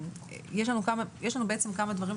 יש לנו בעצם כמה דברים,